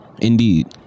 Indeed